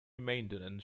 maintenance